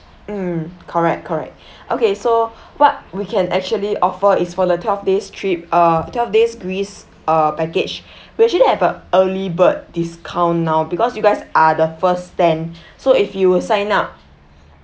mm correct correct okay so what we can actually offer is for the twelve days trip uh twelve days greece uh package we actually have a early bird discount now because you guys are the first ten so if you will sign up